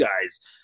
guys